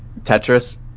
Tetris